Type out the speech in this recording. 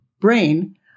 brain